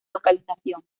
localización